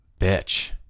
bitch